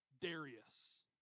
Darius